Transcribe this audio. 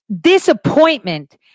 Disappointment